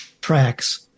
tracks